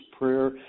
prayer